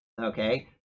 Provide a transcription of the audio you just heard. okay